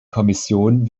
kommission